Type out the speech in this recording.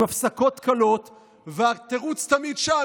עם הפסקות קלות, והתירוץ תמיד שם.